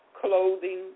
clothing